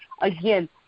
again